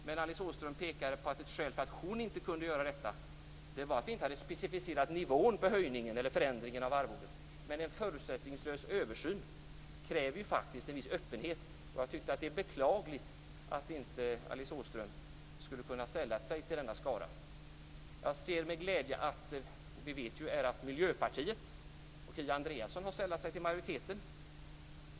Men Alice Åström pekade på att ett skäl till att hon inte kunde ställa sig bakom detta var att vi inte hade specificerat nivån på förändringen av arvodena. Men en förutsättningslös översyn kräver ju faktiskt en viss öppenhet, och jag tycker att det är beklagligt att Alice Åström inte kunde sälla sig till denna skara. Miljöpartiet och Kia Andreasson har sällat sig till majoriteten.